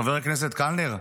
חבר הכנסת קלנר,